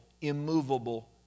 immovable